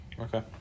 okay